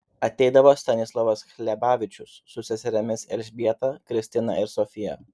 ateidavo stanislovas hlebavičius su seserimis elžbieta kristina ir sofija